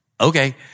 okay